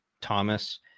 thomas